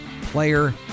player